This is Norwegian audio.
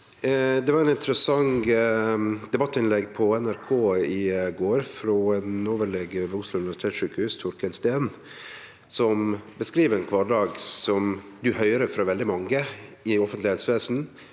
Det var eit interessant debattinnlegg på NRK i går frå ein overlege ved Oslo uni versitetssjukehus, Torkel Steen, som beskriv ein kvardag som ein høyrer om frå veldig mange i det offentlege helsevesenet,